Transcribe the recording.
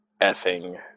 effing